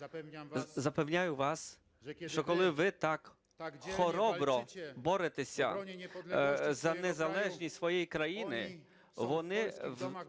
Запевняю вас, що коли ви так хоробро боретеся за незалежність своєї країни, вони